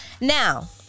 Now